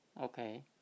Okay